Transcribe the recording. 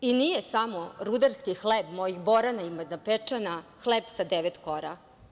I nije samo rudarski hleb mojih Borana i Majdanpečana hleb sa devet kora.